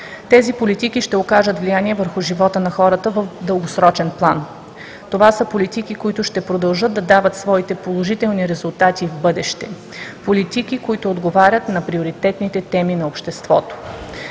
Тези политики ще окажат влияние върху живота на хората в дългосрочен план. Това са политики, които ще продължат да дават своите положителни резултати в бъдеще, политики, които отговарят на приоритетните теми на обществото.